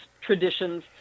traditions